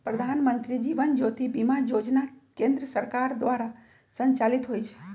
प्रधानमंत्री जीवन ज्योति बीमा जोजना केंद्र सरकार द्वारा संचालित होइ छइ